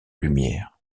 lumière